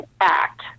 ACT